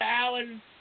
Alan